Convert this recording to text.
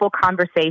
conversation